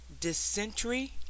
dysentery